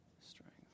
Strength